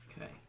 okay